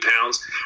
pounds